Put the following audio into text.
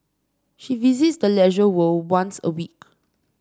she visits the Leisure World once a week